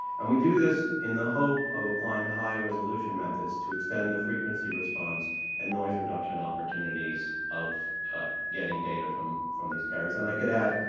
and we do this in the hope of applying high resolution methods to extend the frequency response and noise reduction opportunities of getting data from from these carriers. and i could add,